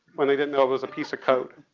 when they didn't know it was a piece of code.